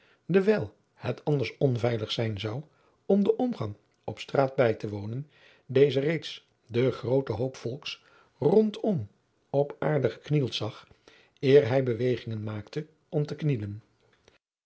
dewijl het anders onveilig zijn zou om den omgang op straat bij te wonen deze reeds den grooten hoop volks rondom op aarde geknield zag eer hij bewegingen maakte om te knielen